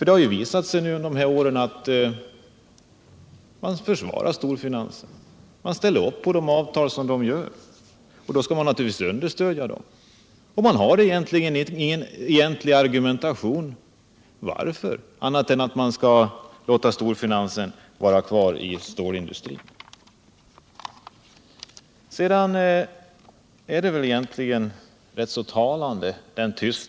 Det har ju visat sig under de här åren att man försvarar storfinansen. Man ställer upp på de avtal den gör, och då vill man naturligtvis understödja den. Man har alltså ingen egentlig argumentation annat än att man skall låta storfinansen vara kvar i stålindustrin. Utskottets tystnad är egentligen rätt talande.